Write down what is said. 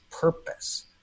purpose